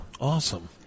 Awesome